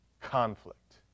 conflict